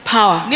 Power